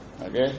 okay